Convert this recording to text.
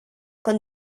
con